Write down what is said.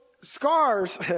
scars